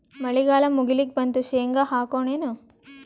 ಮಳಿಗಾಲ ಮುಗಿಲಿಕ್ ಬಂತು, ಶೇಂಗಾ ಹಾಕೋಣ ಏನು?